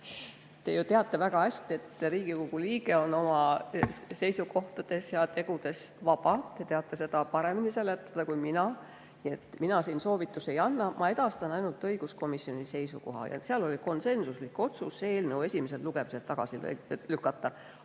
Te ju teate väga hästi, et Riigikogu liige on oma seisukohtades ja tegudes vaba. Te oskate seda paremini seletada kui mina. Nii et mina siin soovitusi ei anna. Ma edastan ainult õiguskomisjoni seisukoha. Seal oli konsensuslik otsus eelnõu esimesel lugemisel tagasi lükata.